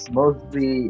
mostly